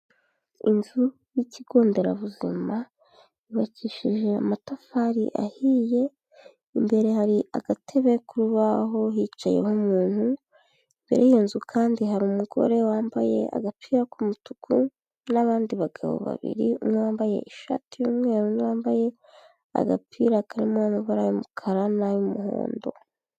Inzu y'ikigo nderabuzima yubakishije amatafari ahiye, imbere hari agatebe k'urubaho hicayeho umuntu, imbere y'iyo nzu kandi hari umugore wambaye agapira k'umutuku n'abandi bagabo babiri, umwe wambaye ishati y'umweru, undi bambaye agapira karimo amabara y'umukara n'ay'umuhondo.